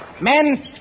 Men